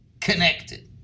connected